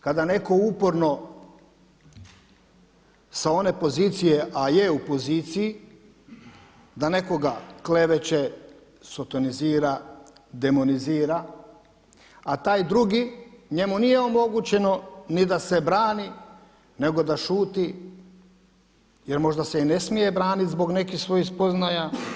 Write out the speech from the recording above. Kada netko uporno sa one pozicije, a je u poziciji da nekoga kleveće, sotonizira, demonizira, a taj drugi njemu nije omogućeno ni da se brani, nego da šuti jer možda se i ne smije branit zbog nekih svojih spoznaja.